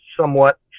somewhat